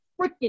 freaking